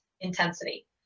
intensity